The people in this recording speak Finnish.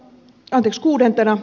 kuudentena